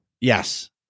Yes